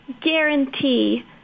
guarantee